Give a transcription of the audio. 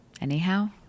Anyhow